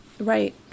Right